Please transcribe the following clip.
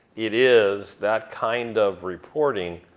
it is that kind of reporting,